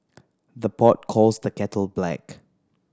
the pot calls the kettle black